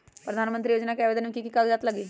प्रधानमंत्री योजना में आवेदन मे की की कागज़ात लगी?